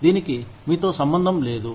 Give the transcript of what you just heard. దీనికి మీతో సంబంధం లేదు